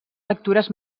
lectures